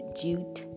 jute